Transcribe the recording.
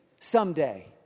someday